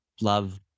love